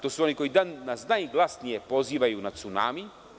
To su oni koji danas najglasnije pozivaju na cunami.